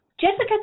Jessica